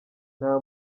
nta